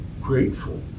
grateful